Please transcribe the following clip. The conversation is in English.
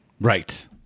Right